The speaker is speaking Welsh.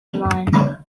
ymlaen